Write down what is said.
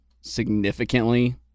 significantly